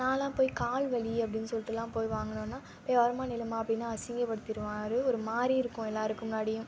நாலாம் போய் கால்வலி அப்படின் சொல்லிட்டுலாம் போய் வாங்கினோனா போய் ஓரமாக நில்லும்மா அப்படின்னு அசிங்கப்படுத்திருவா மாதிரி ஒருமாதிரி இருக்கும் எல்லாருக்கும் முன்னாடியும்